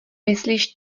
myslíš